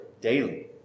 daily